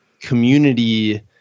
community